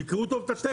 תקראו טוב את הטקס.